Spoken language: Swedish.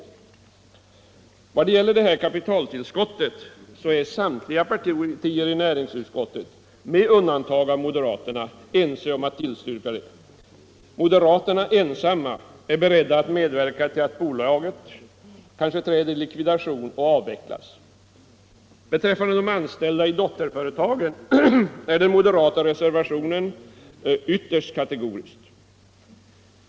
När det gäller kapitaltillskottet är samtliga partier i näringsutskottet med undantag av moderaterna eniga om att tillstyrka. Moderaterna ensamma är beredda att medverka till att bolaget kanske träder i likvidation och avvecklas. Beträffande de anställda i dotterföretagen är den moderata reservationen ytterst kategorisk.